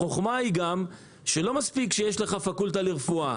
החוכמה היא גם שלא מספיק שיש לך פקולטה לרפואה